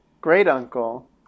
great-uncle